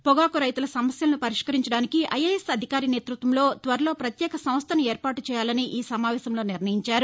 పొగాకు రైతుల సమస్యలను వరిష్కరించడానికి ఐఎఎస్ అధికారి నేత్పత్వంలో త్వరలో పత్యేక సంస్వ ఏర్పాటు చేయాలని ఈ సమావేశంలో నిర్లయం తీసుకున్నారు